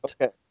Okay